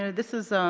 and this is,